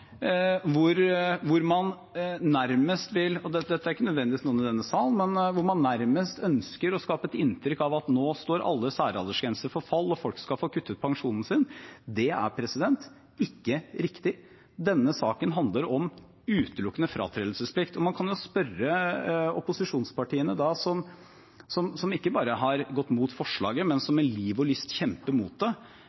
man – og det er ikke nødvendigvis noen i denne sal – nærmest vil skape et inntrykk av at nå står alle særaldersgrenser for fall og folk skal få kuttet pensjonen sin. Det er ikke riktig. Denne saken handler utelukkende om fratredelsesplikt. Man kan spørre opposisjonspartiene, som ikke bare har gått mot forslaget, men som